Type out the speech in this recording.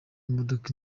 imodoka